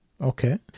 Okay